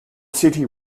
city